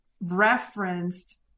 referenced